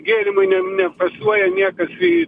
gėrimui ne nefasuoja niekas į